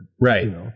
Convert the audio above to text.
right